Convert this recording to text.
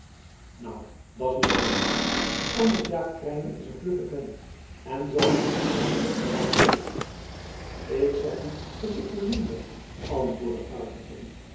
nou da's nog beiter anders jaip krijnen is een vlugge vent en zal in een ommezien klair zijn ik zeg u dat ik voorzien ben antwoordde arlington